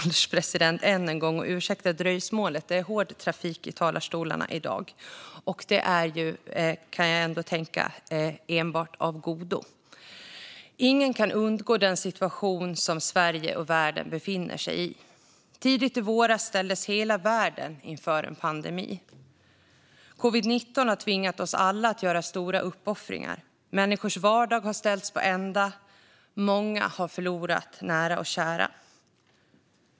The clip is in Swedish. Herr ålderspresident! Ingen kan undgå den situation Sverige och världen befinner sig i. Tidigt i våras ställdes hela världen inför en pandemi. Covid-19 har tvingat oss alla att göra stora uppoffringar. Människors vardag har ställts på ända. Många har förlorat nära och kära.